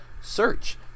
search